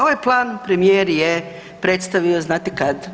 Ovaj plan premijer je predstavio znate kad?